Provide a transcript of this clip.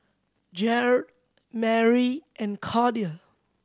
Jared Marie and Cordia